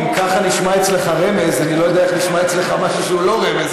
אם ככה נשמע אצלך רמז אני לא יודע איך נשמע אצלך משהו שהוא לא רמז.